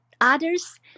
Others